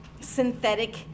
synthetic